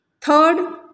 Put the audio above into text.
Third